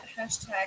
hashtag